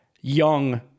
young